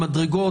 במדרגות.